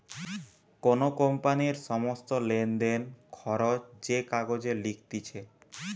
কোন কোম্পানির সমস্ত লেনদেন, খরচ যে কাগজে লিখতিছে